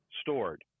stored